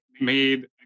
made